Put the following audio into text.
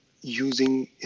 using